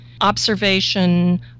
observation